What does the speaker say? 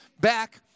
back